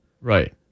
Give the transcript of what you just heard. Right